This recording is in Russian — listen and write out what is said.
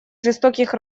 жестоких